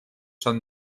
son